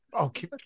Okay